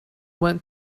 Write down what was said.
went